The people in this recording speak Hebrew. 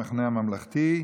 המחנה הממלכתי.